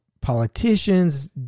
politicians